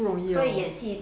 不容易哦